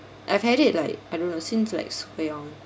I've had it like I don't know since like super young